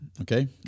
Okay